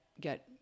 get